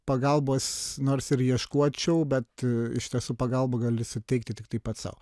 pagalbos nors ir ieškočiau bet iš tiesų pagalbą gali suteikti tiktai pats sau